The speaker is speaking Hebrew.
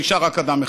נשאר רק אדם אחד,